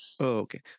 okay